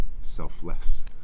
selfless